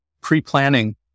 pre-planning